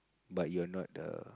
but you're not the